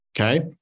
Okay